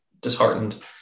disheartened